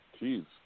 Jeez